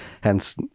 hence